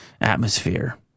atmosphere